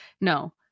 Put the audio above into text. No